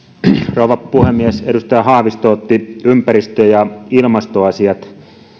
rouva puhemies edustaja haavisto otti ympäristö ja ilmastoasiat